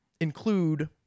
include